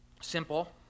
simple